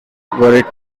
were